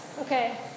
Okay